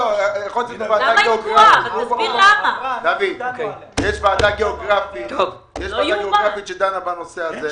יש ועדה גיאוגרפית שדנה בנושא הזה.